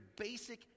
basic